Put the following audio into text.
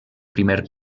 primer